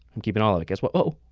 i'm keepin' all of it. guess what? oh,